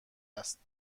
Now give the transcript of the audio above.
است